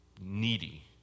needy